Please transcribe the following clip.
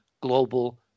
global